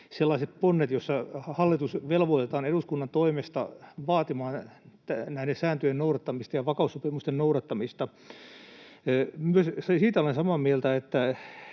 sellaiset ponnet, joissa hallitus velvoitetaan eduskunnan toimesta vaatimaan näiden sääntöjen noudattamista ja vakaussopimusten noudattamista. Siitä olen samaa mieltä,